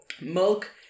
Milk